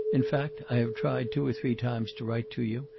in fact, i have tried two or three times to write to you,